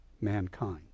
mankind